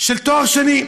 של תואר שני.